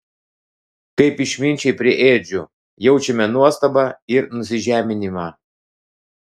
kaip išminčiai prie ėdžių jaučiame nuostabą ir nusižeminimą